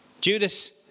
Judas